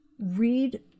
read